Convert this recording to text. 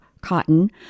cotton